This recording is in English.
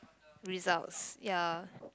results ya